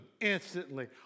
instantly